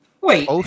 wait